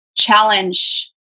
challenge